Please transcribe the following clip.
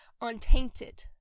untainted